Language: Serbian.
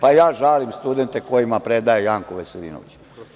Pa, ja žalim studente kojima predaje Janko Veselinović.